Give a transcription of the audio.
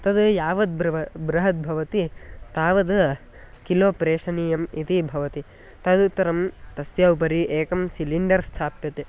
तद् यावत् बृहत् बृहद्भवति तावद् किलो प्रेषणीयम् इति भवति तदुत्तरं तस्य उपरि एकं सिलिण्डर् स्थाप्यते